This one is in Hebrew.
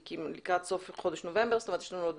לקראת סוף חודש נובמבר, כך שיש לנו עוד